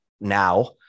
now